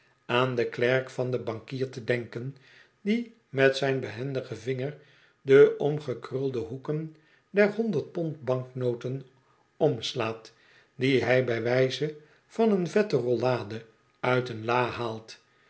aan den klerk van den bankier te denken die met zijn behendigen vinger de omgekrulde hoeken der honderd pond banknoten omslaat die hij bij wijze van een vette rollade uit een la haalt